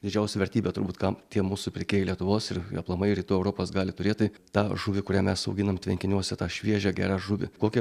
didžiausia vertybė turbūt kam tie mūsų pirkėjai lietuvos ir aplamai rytų europos gali turėt tai tą žuvį kurią mes auginam tvenkiniuose tą šviežią gerą žuvį kokie